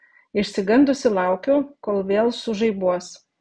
išsigandusi laukiu kol vėl sužaibuos